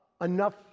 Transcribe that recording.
enough